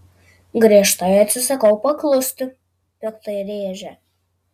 griežtai atsisakau paklusti piktai rėžia